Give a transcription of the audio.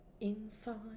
Inside